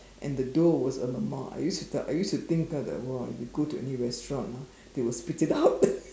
and the dough was uh !alamak! I used to I used to think ah that !wah! if you go to any restaurant ah they will spit it up